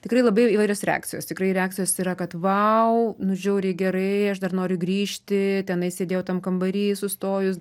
tikrai labai įvairios reakcijos tikrai reakcijos yra kad vau nu žiauriai gerai aš dar noriu grįžti tenai sėdėjau tam kambary sustojus